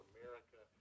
America